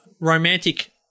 romantic